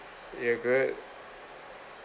ya good